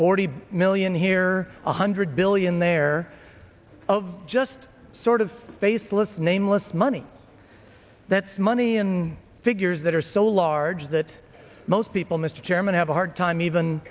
forty million here one hundred billion there of just sort of faceless nameless money that's money in figures that are so large that most people mr chairman have a hard time even